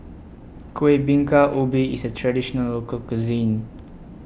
Kuih Bingka Ubi IS A Traditional Local Cuisine